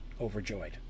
overjoyed